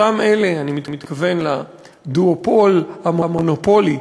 אותם אלה, אני מתכוון לדואופול המונופולי